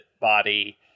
body